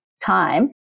time